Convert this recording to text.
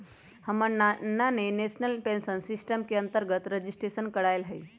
हमर नना ने नेशनल पेंशन सिस्टम के अंतर्गत रजिस्ट्रेशन करायल हइ